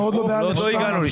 עוד לא הגענו לשם.